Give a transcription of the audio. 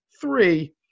three